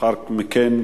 לאחר מכן,